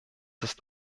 ist